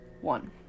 one